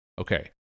Okay